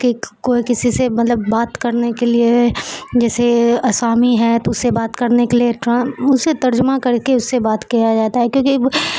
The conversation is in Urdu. کہ کوئی کسی سے مطلب بات کرنے کے لیے جیسے آسامی ہے تو اس سے بات کرنے کے لیے ٹران سے ترجمہ کر کے اس سے بات کیا جاتا ہے کیونکہ